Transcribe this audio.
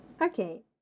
okay